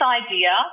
idea